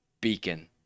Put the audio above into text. beacon